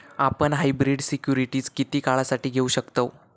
आपण hybrid securities किती काळासाठी घेऊ शकतव